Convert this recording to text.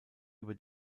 über